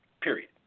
period